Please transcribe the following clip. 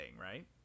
right